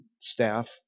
staff